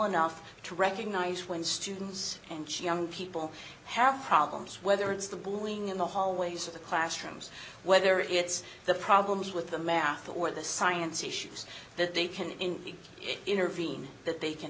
enough to recognise when students and she young people have problems whether it's the bullying in the hallways of the classrooms whether it's the problems with the math or the science issues that they can in intervene that they can